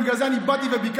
ובגלל זה אני באתי וביקשתי.